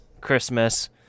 Christmas